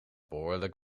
behoorlijk